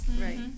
right